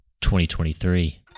2023